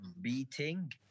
beating